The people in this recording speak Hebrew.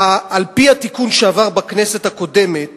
על-פי התיקון שעבר בכנסת הקודמת